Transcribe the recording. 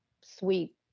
sweet